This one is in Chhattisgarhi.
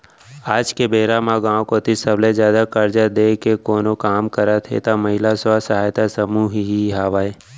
आज के बेरा म गाँव कोती सबले जादा करजा देय के कोनो काम करत हे त महिला स्व सहायता समूह ही हावय